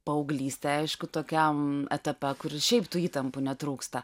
paauglystė aišku tokiam etape kur ir šiaip tų įtampų netrūksta